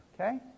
okay